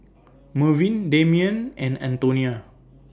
Mervyn Damion and Antonia